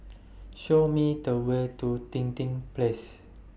Show Me The Way to Dinding Place